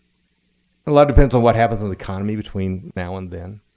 a lot depends on what happens in the economy between now and then,